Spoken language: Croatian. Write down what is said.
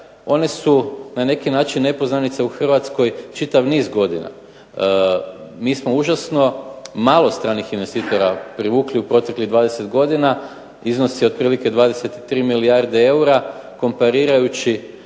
one su na neki način nepoznanica u Hrvatskoj čitav niz godina. Mi smo užasno malo stranih investitora privukli u proteklih 20 godina, iznosi otprilike 23 milijarde eura, komparirajući